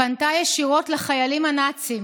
פנתה ישירות לחיילים הנאצים